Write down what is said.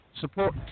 support